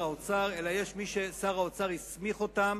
האוצר אלא יש מי ששר האוצר הסמיך אותם